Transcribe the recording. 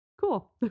Cool